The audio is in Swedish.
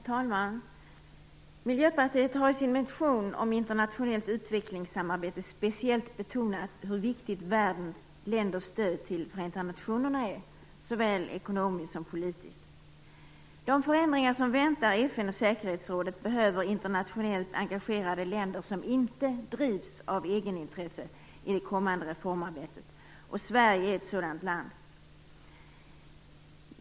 Herr talman! Miljöpartiet har i sin motion om internationellt utvecklingssamarbete speciellt betonat hur viktigt världens länders stöd till Förenta nationerna är, såväl ekonomiskt som politiskt. De förändringar som väntar FN och säkerhetsrådet behöver internationellt engagerade länder som inte drivs av egenintresse i det kommande reformarbetet. Sverige är ett sådant land.